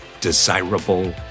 desirable